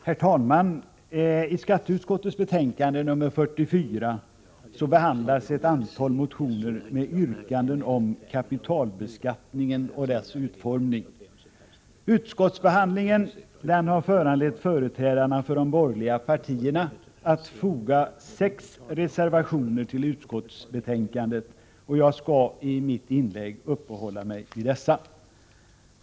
Herr talman! I skatteutskottets betänkande nr 44 behandlas ett antal motioner med yrkanden om kapitalbeskattningen och dess utformning. Utskottsbehandlingen har föranlett företrädarna för de borgerliga partierna att foga sex reservationer till utskottsbetänkandet, och jag skall i mitt inlägg uppehålla mig vid dessa.